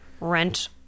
rent